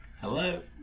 Hello